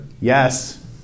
Yes